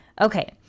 Okay